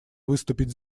выступить